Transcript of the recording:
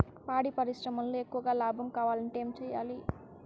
పాడి పరిశ్రమలో ఎక్కువగా లాభం కావాలంటే ఏం చేయాలి?